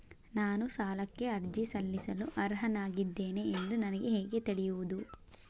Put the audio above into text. ನಾನು ಸಾಲಕ್ಕೆ ಅರ್ಜಿ ಸಲ್ಲಿಸಲು ಅರ್ಹನಾಗಿದ್ದೇನೆ ಎಂದು ನನಗೆ ಹೇಗೆ ತಿಳಿಯುವುದು?